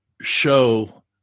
show